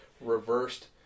reversed